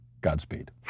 Godspeed